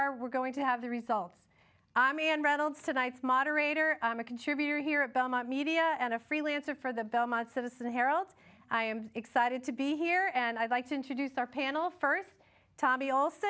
are we're going to have the results i mean reynolds tonight's moderator i'm a contributor here about my media and a freelancer for the belmont citizen herald i am excited to be here and i'd like to introduce our panel first tommy al